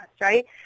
right